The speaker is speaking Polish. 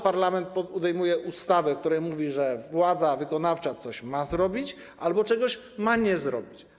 Parlament podejmuje ustawę, w której mówi, że władza wykonawcza albo coś ma zrobić, albo czegoś ma nie zrobić.